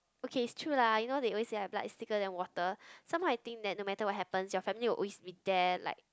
okay it's true lah you know they always say like blood is thicker than water somehow I think that the matter will happen your family will always with there like